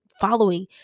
following